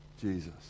jesus